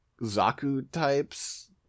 Zaku-types